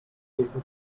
jefe